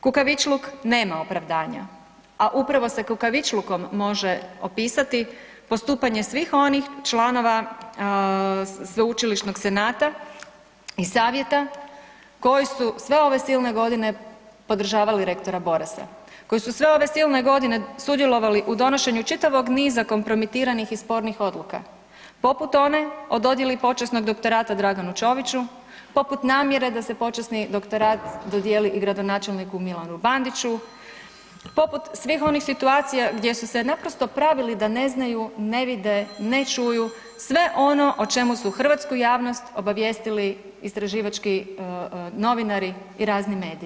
Kukavičluk nema opravdanja, a upravo se kukavičlukom može opisati postupanje svih onih članova Sveučilišnog senata i savjeta koji su sve ove silne godine podržavali rektora Borasa, koji su sve ove silne godine sudjelovali u donošenju čitavog niza kompromitiranih i spornih odluka, poput one o dodjeli počasnog doktorata Draganu Čoviću, poput namjere da se počasni doktorat dodijeli i gradonačelniku Milanu Bandiću, poput svih onih situacija gdje su se naprosto pravili da ne znaju, ne vide, ne čuju sve ono o čemu su hrvatsku javnost obavijestili istraživački novinari i razni mediji.